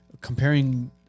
comparing